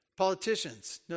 Politicians